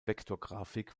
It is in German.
vektorgrafik